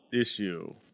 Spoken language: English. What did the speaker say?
issue